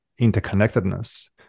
interconnectedness